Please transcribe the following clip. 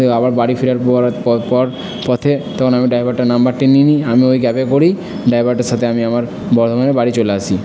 এ আবার বাড়ি ফেরার পর পর পর পথে তখন আমি ড্রাইভারটার নম্বরটি নিয়ে নিই আমি ওই ক্যাবে করেই ড্রাইভারটার সাথে আমি আমার বর্ধমানে বাড়ি চলে আসি